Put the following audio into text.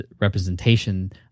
representation